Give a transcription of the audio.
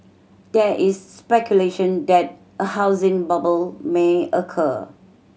there is speculation that a housing bubble may occur